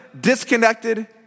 disconnected